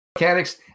mechanics